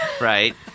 right